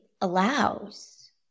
allows